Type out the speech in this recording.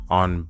on